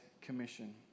commission